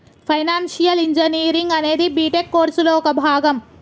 financial engineering అనేది BTech కోర్సులో ఒక భాగం